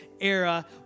era